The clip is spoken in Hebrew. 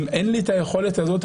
אם אין לי היכולת הזאת,